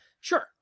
Sure